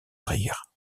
rire